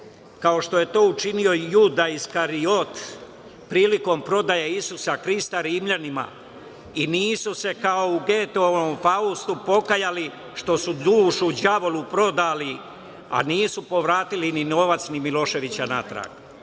kao što je to učinio Juga iz Kariot, prilikom prodaje Isusa Hrista Rimljanima, i nisu se kao u Geteovom Faustu pokajali što su dušu đavolu prodali, a nisu povratili ni novac ni Miloševića natrag. Toliko